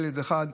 ילד אחד,